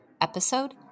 episode